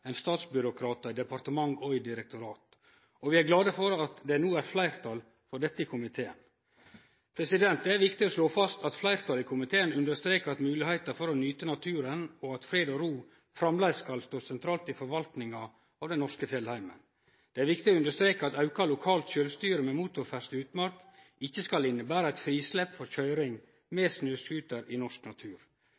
enn statsbyråkratar i departement og i direktorat, og vi er glade for at det no er fleirtal for dette i komiteen. Det er viktig å slå fast at fleirtalet i komiteen understrekar at fred og ro og moglegheitene for å nyte naturen framleis skal stå sentralt i forvaltinga av den norske fjellheimen. Det er viktig å understreke at auka lokalt sjølvstyre med motorferdsle i utmark ikkje skal innebere eit frislepp for køyring